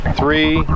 three